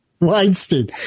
Weinstein